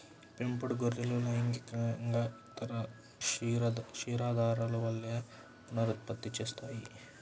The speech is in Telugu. పెంపుడు గొర్రెలు లైంగికంగా ఇతర క్షీరదాల వలె పునరుత్పత్తి చేస్తాయి